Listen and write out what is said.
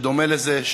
שדומה לזה,